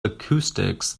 acoustics